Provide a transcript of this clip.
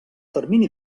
termini